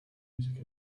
music